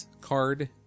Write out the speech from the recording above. card